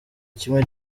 kimwe